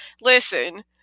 listen